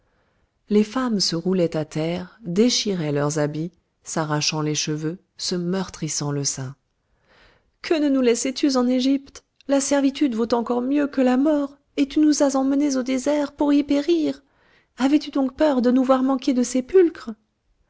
les femmes se roulaient à terre déchiraient leurs habits s'arrachant les cheveux se meurtrissant le sein que ne nous laissais tu en égypte la servitude vaut encore mieux que la mort et tu nous as emmenés au désert pour y périr avais-tu donc peur de nous voir manquer de sépulcres